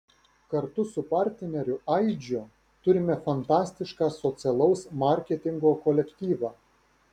kartu su partneriu aidžiu turime fantastišką socialaus marketingo kolektyvą